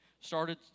started